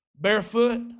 barefoot